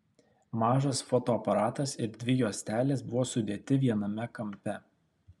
mažas fotoaparatas ir dvi juostelės buvo sudėti viename kampe